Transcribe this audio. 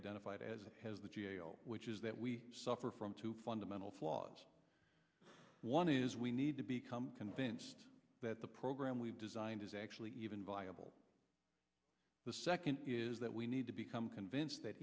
identified as has the g a o which is that we suffer from two fundamental flaws one is we need to become convinced that the program we've designed is actually even viable the second is that we need to become convinced that